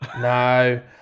No